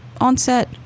onset